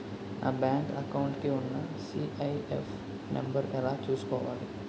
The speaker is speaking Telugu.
నా బ్యాంక్ అకౌంట్ కి ఉన్న సి.ఐ.ఎఫ్ నంబర్ ఎలా చూసుకోవాలి?